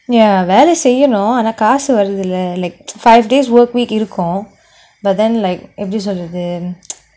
ya வேலை செய்யனும் ஆனா காசு வருதுலே:velai seiyanum aanaa kaasu varu thulae like five days work week இருக்கும்:irukum but then like எப்பிடி சொல்றது:epidi solrathu